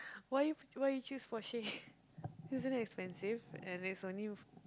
why you why you choose Porsche isn't it expensive and it's only